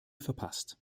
verpasst